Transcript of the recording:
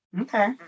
Okay